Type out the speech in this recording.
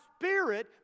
Spirit